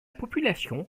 population